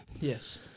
Yes